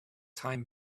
time